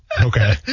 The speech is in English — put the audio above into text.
Okay